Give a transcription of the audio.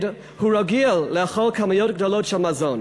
הוא רגיל לאכול כמויות גדולות של מזון.